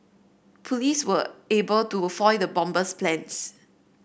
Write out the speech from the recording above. police were able to foil the bomber's plans